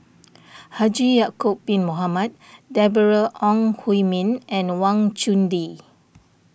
Haji Ya'Acob Bin Mohamed Deborah Ong Hui Min and Wang Chunde